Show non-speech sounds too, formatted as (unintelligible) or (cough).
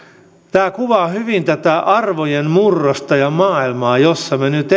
tämä kuvaa hyvin tätä arvojen murrosta ja maailmaa jossa me nyt (unintelligible)